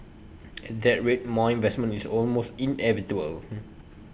at that rate more investment is almost inevitable